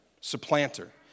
supplanter